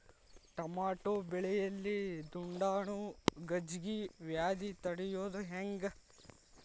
Tomato ಬೆಳೆಯಲ್ಲಿ ದುಂಡಾಣು ಗಜ್ಗಿ ವ್ಯಾಧಿ ತಡಿಯೊದ ಹೆಂಗ್?